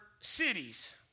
cities